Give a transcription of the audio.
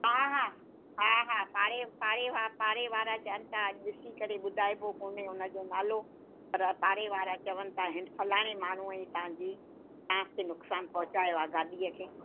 हा हा हा हा पाड़े पाड़ेवारा चवनि था ॾिसी करे ॿुधाइबो कोन्हे उनजो नालो पर पाड़ेवारा चवनि था हि फलाणे माण्हूअ ई तव्हांजी कार खे नुक़सानु पहुचायो आहे गाॾीअ खे